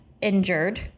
injured